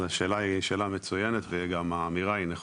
השאלה היא שאלה מצוינת וגם האמירה היא נכונה.